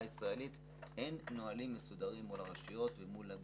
אין נוהלים מסודרים מול הרשויות עצמן,